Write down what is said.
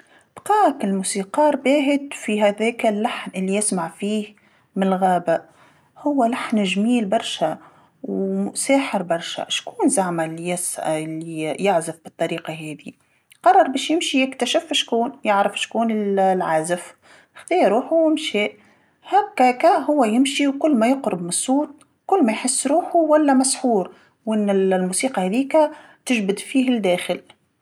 بقا الموسيقار باهت في هذاكا اللحن لي يسمع فيه من الغابة، هو لحن جميل برشا و ساحر برشا، شكون زعما لي يس- اللي يعزف بالطريقه هاذي، قرر باش يمشي يكتشف شكون، يعرف شكون ال- العازف، خدا روحو ومشى، هكاكا هو يمشي وكل ما يقرب من الصوت كل ما يحس روحو ولى مسحور، وأن ال- الموسيقى هاذيكا تجبد فيه الداخل.